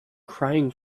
crying